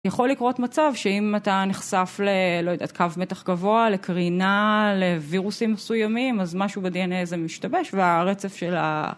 יכול לקרות מצב שאם אתה נחשף לקו מתח גבוה, לקרינה, לווירוסים מסוימים אז משהו ב-DNA הזה משתבש והרצף של ה...